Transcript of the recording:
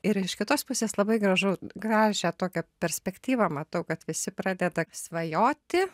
ir iš kitos pusės labai gražu gražią tokią perspektyvą matau kad visi pradeda svajoti